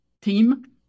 team